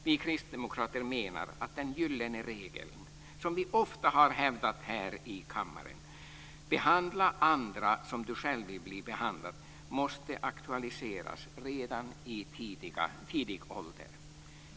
Vi kristdemokrater menar att den gyllene regel som vi ofta har hävdat här i kammaren, "behandla andra som du själv vill bli behandlad", måste aktualiseras redan i tidig ålder.